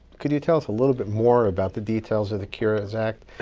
could you tell us a little bit more about the details of the cures act?